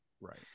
Right